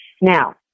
Now